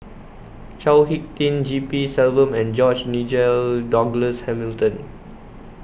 Chao Hick Tin G P Selvam and George Nigel Douglas Hamilton